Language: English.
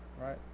right